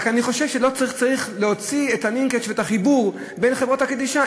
רק אני חושב שצריך להוציא את הלינקג' ואת החיבור לחברות קדישא.